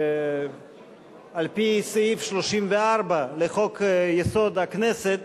על-פי סעיף 34 לחוק-יסוד: הכנסת,